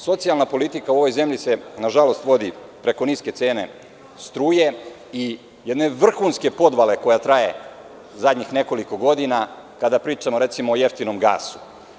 Socijalna politika u ovoj zemlji se nažalost vodi preko niske cene struje i jedne vrhunske podvale koja traje zadnjih nekoliko godina, kada pričamo o jeftinom gasu.